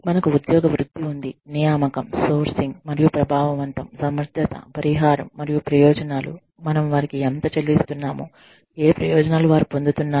మనకు ఉద్యోగ వృద్ధి ఉంది నియామకం సోర్సింగ్ మరియు ప్రభావవంతం సమర్థత పరిహారం మరియు ప్రయోజనాలుమనం వారికి ఎంత చెల్లిస్తున్నాము ఏ ప్రయోజనాలు వారు పొందుతున్నారు